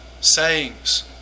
sayings